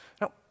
Now